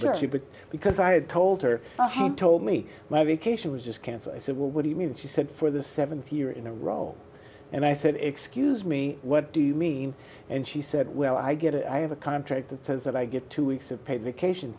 fine because i had told her told me my vacation was just cancel i said well what do you mean she said for the seventh year in a row and i said excuse me what do you mean and she said well i get it i have a contract that says that i get two weeks of paid vacation